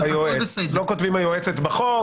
לא כותבים היועצת בחוק.